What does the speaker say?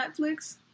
Netflix